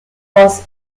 was